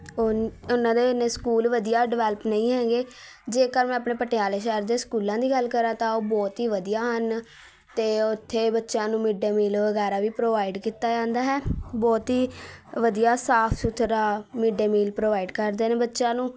on ਉਹਨਾਂ ਦੇ ਇੰਨੇ ਸਕੂਲ ਵਧੀਆ ਡਿਵੈਲਪ ਨਹੀਂ ਹੈਗੇ ਜੇਕਰ ਮੈਂ ਆਪਣੇ ਪਟਿਆਲੇ ਸ਼ਹਿਰ ਦੇ ਸਕੂਲਾਂ ਦੀ ਗੱਲ ਕਰਾਂ ਤਾਂ ਉਹ ਬਹੁਤ ਹੀ ਵਧੀਆ ਹਨ ਅਤੇ ਉੱਥੇ ਬੱਚਿਆਂ ਨੂੰ ਮਿਡ ਡੇ ਮੀਲ ਵਗੈਰਾ ਵੀ ਪ੍ਰੋਵਾਈਡ ਕੀਤਾ ਜਾਂਦਾ ਹੈ ਬਹੁਤ ਹੀ ਵਧੀਆ ਸਾਫ਼ ਸੁਥਰਾ ਮਿਡ ਡੇ ਮੀਲ ਪ੍ਰੋਵਾਈਡ ਕਰਦੇ ਨੇ ਬੱਚਿਆਂ ਨੂੰ